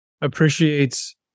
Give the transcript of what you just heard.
appreciates